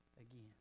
again